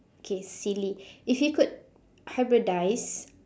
okay silly if you could hybridise